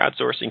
crowdsourcing